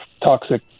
toxic